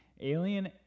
alien